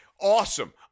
awesome